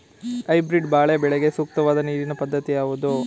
Hybrid ಬಾಳೆ ಬೆಳೆಗೆ ಸೂಕ್ತವಾದ ನೀರಿನ ಪದ್ಧತಿ ಯಾವುದು?